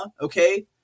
Okay